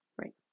right